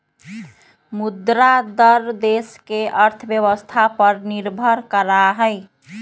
मुद्रा दर देश के अर्थव्यवस्था पर निर्भर करा हई